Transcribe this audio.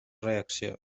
reacció